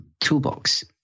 toolbox